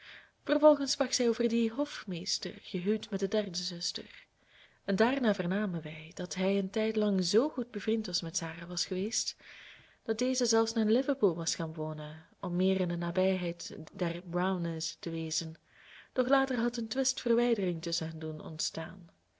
vervolgens sprak zij over dien hofmeester gehuwd met de derde zuster en daarna vernamen wij dat hij een tijdlang zoo goed bevriend met sarah was geweest dat deze zelfs naar liverpool was gaan wonen om meer in de nabijheid der browners te wezen doch later had een twist verwijdering tusschen hen doen ontstaan